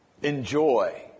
enjoy